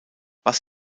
was